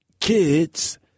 kids